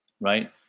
right